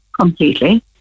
Completely